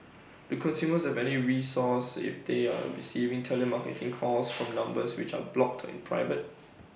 do consumers have any recourse if they are receiving telemarketing calls from numbers which are blocked or private